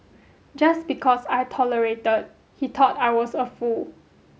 just because I tolerated he thought I was a fool